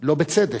לא בצדק?